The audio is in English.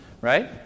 right